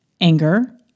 anger